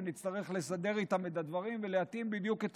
ונצטרך לסדר איתם את הדברים ולהתאים בדיוק את